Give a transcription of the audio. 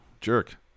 jerk